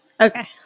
Okay